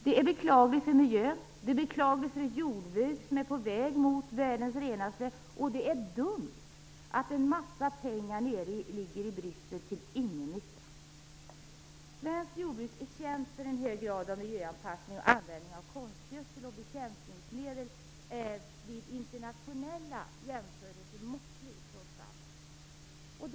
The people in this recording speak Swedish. Det är beklagligt för miljön och för ett jordbruk som är på väg att bli världens renaste, och det är dumt att en mängd pengar ligger nere i Bryssel till ingen nytta. Svenskt jordbruk är känt för en hög grad av miljöanpassning, och dess användning av konstgödsel och bekämpningsmedel är vid internationella jämförelser trots allt måttlig.